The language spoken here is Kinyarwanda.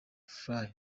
fly